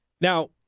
Now